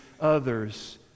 others